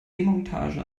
demontage